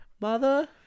Mother